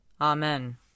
Amen